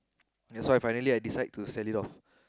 that's why I finally I decide to sell it off